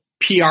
PR